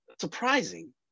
surprising